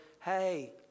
hey